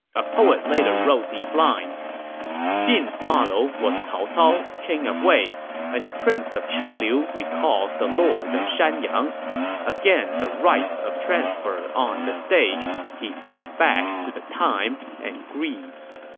a poet later wrote these lines jin's model was cao cao, king of wei and the prince of chenliu recalls the lord of shanyang again the rite of transfer on the stage he thinks back to the time and grieves